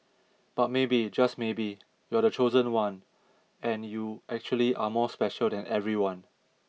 but maybe just maybe you're the chosen one and you actually are more special than everyone